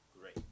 great